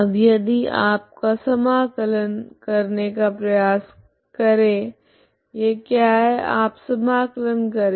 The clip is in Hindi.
अब यदि आप का समाकलन करने का प्रयास करे यह क्या है आप समाकलन करे